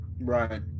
Right